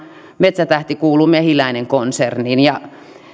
metsätähti kuuluu mehiläinen konserniin ja